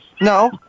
No